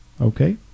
okay